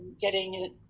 getting it,